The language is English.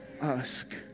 ask